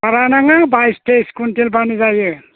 बारा नाङा बाय तेइस कुविन्टेलबानो जायो